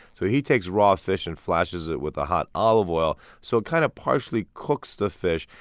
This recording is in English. so he takes raw fish and flashes it with a hot olive oil so it kind of partially cooks the fish.